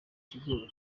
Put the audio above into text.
ikigori